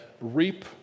reap